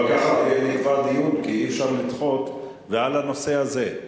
אבל נקבע דיון, כי אי-אפשר לדחות, ובנושא הזה.